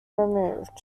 removed